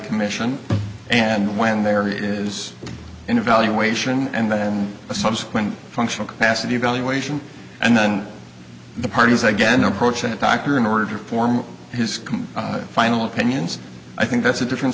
commission and when there is an evaluation and then a subsequent functional capacity evaluation and then the parties again approach a doctor in order to form has come final opinions i think that's a different